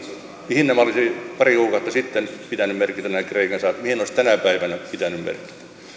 saatavat olisi pari kuukautta sitten pitänyt merkitä ja mihin ne olisi tänä päivänä pitänyt merkitä